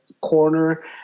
corner